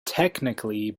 technically